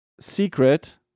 secret